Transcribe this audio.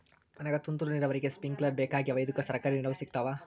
ನನಗ ತುಂತೂರು ನೀರಾವರಿಗೆ ಸ್ಪಿಂಕ್ಲರ ಬೇಕಾಗ್ಯಾವ ಇದುಕ ಸರ್ಕಾರಿ ನೆರವು ಸಿಗತ್ತಾವ?